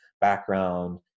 background